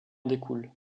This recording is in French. découlent